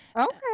Okay